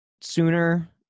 sooner